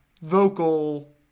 vocal